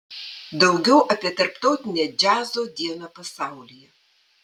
daugiau apie tarptautinę džiazo dieną pasaulyje